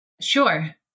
Sure